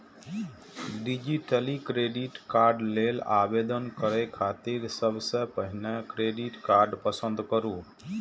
digitally credit card लेल आवेदन करै खातिर सबसं पहिने क्रेडिट कार्ड पसंद करू